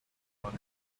money